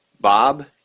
Bob